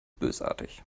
bösartig